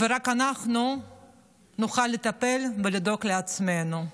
ורק אנחנו נוכל לטפל, לדאוג לעצמנו.